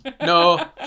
No